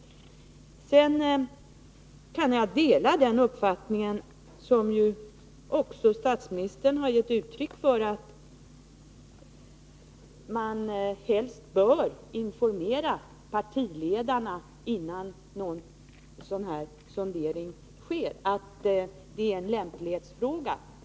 Sedan kan jag dela uppfattningen, som också statsministern har gett uttryck för, att man helst bör informera partiledarna innan någon sådan här sondering sker. Det är en lämplighetsfråga.